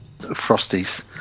Frosties